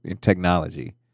technology